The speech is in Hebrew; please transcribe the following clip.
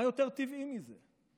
מה יותר טבעי מזה,